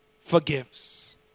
forgives